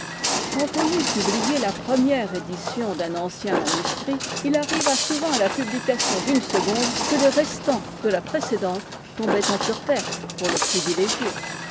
quand on eut publié la première édition d'un ancien manuscrit il arriva souvent à la publication d'une seconde que le restant de la précédente tombait en pure perte pour le privilégié